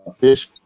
fish